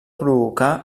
provocar